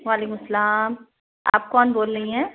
وعلیکم السلام آپ کون بول رہی ہیں